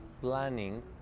planning